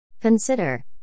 Consider